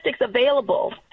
available